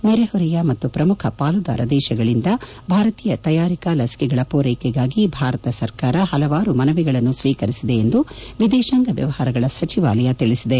ನೆರೆಹೊರೆಯ ಮತ್ತು ಪ್ರಮುಖ ಪಾಲುದಾರ ದೇಶಗಳಿಂದ ಭಾರತೀಯ ತಯಾರಿಕಾ ಲಸಿಕೆಗಳ ಪೂರೈಕೆಗಾಗಿ ಭಾರತ ಸರ್ಕಾರ ಹಲವಾರು ಮನವಿಗಳನ್ನು ಸ್ವೀಕರಿಸಿದೆ ಎಂದು ವಿದೇಶಾಂಗ ವ್ವವಹಾರಗಳ ಸಚಿವಾಲಯ ತಿಳಿಸಿದೆ